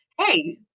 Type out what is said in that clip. Hey